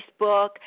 Facebook